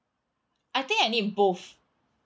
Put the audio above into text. I think I need both